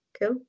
cool